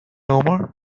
omar